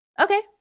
Okay